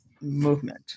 movement